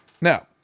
Now